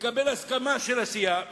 לקבל הסכמה של הסיעה,